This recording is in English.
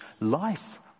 life